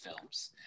films